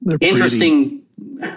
interesting